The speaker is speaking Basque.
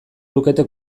lukete